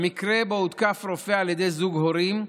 במקרה שבו הותקף רופא על ידי זוג הורים,